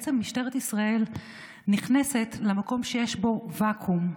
בעצם משטרת ישראל נכנסת למקום שיש בו ואקום,